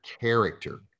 character